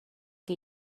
que